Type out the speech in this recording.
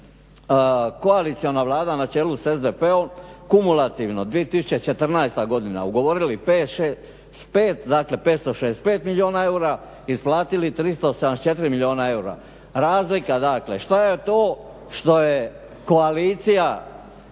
Koaliciona Vlada na čelu sa SDP-om kumulativno 2014. godina ugovorili 565 milijuna eura, isplatili 374 milijuna eura. Razlika dakle što je to što je koalicija